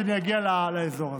כשאגיע לאזור הזה.